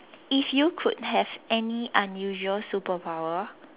if you could have any unusual superpower